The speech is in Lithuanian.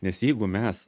nes jeigu mes